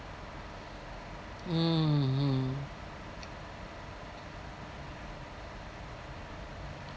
mmhmm